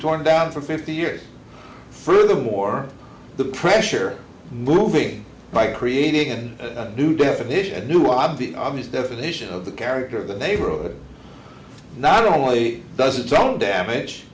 torn down for fifty years furthermore the pressure moving by creating a new definition new of the obvious definition of the character of the neighborhood not only does it some damage